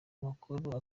amakuru